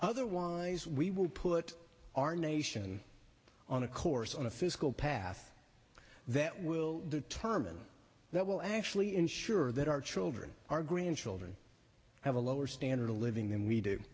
otherwise we will put our nation on a course on a fiscal path that will determine that will actually ensure that our children our grandchildren have a lower standard of living than we do